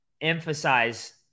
emphasize